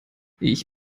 ich